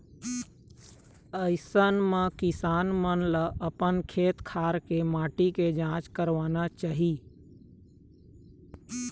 अइसन म किसान मन ल अपन खेत खार के माटी के जांच करवाना चाही